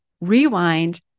rewind